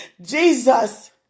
Jesus